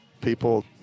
people